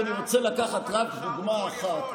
אני רוצה לקחת רק דוגמה אחת,